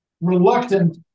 reluctant